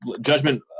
judgment